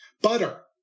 Butter